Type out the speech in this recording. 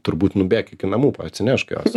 turbūt nubėk iki namų atsinešk jos